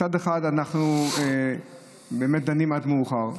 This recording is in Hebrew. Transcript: מצד אחד אנחנו באמת דנים עד מאוחר,